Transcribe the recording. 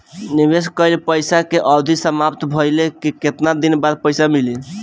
निवेश कइल पइसा के अवधि समाप्त भइले के केतना दिन बाद पइसा मिली?